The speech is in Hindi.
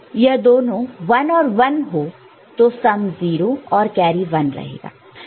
यह दोनों 1 और 1 है तो सम 0 और कैरी 1 होगा